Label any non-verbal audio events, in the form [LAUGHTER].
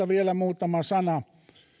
[UNINTELLIGIBLE] vielä muutama sana